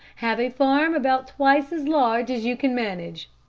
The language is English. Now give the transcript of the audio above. have a farm about twice as large as you can manage.